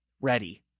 Ready